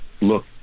look